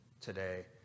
today